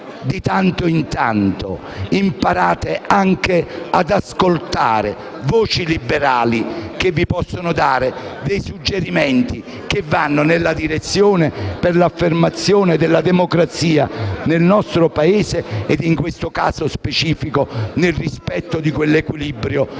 di tanto in tanto, imparate anche ad ascoltare voci liberali che possono darvi suggerimenti che vanno nella direzione dell'affermazione della democrazia nel nostro Paese e, in questo caso specifico, nel rispetto di quell'equilibrio tra